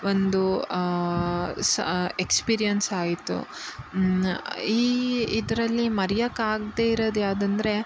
ಒಂದು ಸ ಎಕ್ಸ್ಪೀರಿಯೆನ್ಸ್ ಆಯಿತು ಈ ಇದರಲ್ಲಿ ಮರೆಯಕ್ಕಾಗ್ದೇ ಇರೋದು ಯಾವುದಂದ್ರೆ